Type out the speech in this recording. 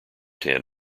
ten